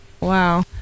wow